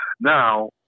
Now